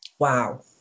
wow